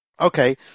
okay